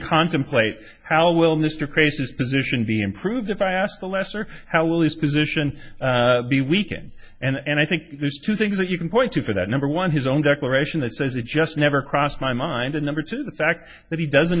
contemplate how will mr cases position be improved if i ask the lesser how will his position be weakened and i think there's two things that you can point to for that number one his own declaration that says it just never crossed my mind and number two the fact that he doesn't